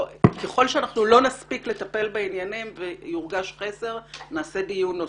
ככל שלא נספיק לטפל בעניינים ויורגש חסר אנחנו נערוך דיון נוסף,